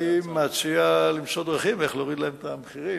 אני מציע למצוא דרכים איך להוריד להם את המחירים,